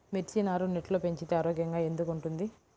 మిర్చి నారు నెట్లో పెంచితే ఆరోగ్యంగా ఎందుకు ఉంటుంది?